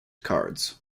cards